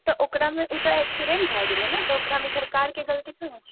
तऽ ओकरामे ओ तऽ एक्सीडेंट भए गेलै ने तऽ ओकरामे सरकारके गलती थोड़ी ने छै